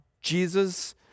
Jesus